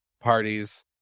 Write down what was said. parties